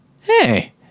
hey